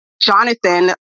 Jonathan